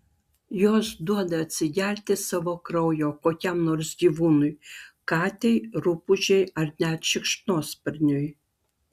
jos duoda atsigerti savo kraujo kokiam nors gyvūnui katei rupūžei ar net šikšnosparniui